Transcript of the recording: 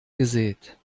gesät